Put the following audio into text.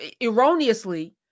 erroneously